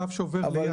קו שעובר מיד.